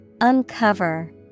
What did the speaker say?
Uncover